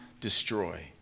destroy